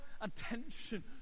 attention